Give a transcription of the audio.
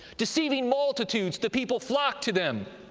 deceiving multitudes, the people flock to them